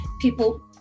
people